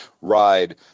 ride